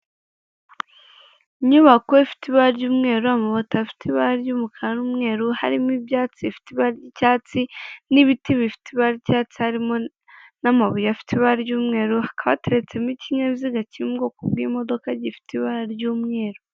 Inyubako ifite ibara ry'umweru, amabati afite ibara ry'umukara n'umweru, harimo ibyatsi bifite ibara ry'icyatsi n'ibiti bifite ibara ry'icyatsi, harimo n'amabuye afite ibara ry'umweru, hakaba hateretsemo ikinyabiziga kiri mu bwoko bw'imodoka gifite ibara ry'umweru